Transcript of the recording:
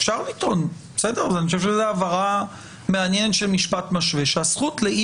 אני חושב שזאת הבהרה מעניינת של משפט משווה שהזכות לאי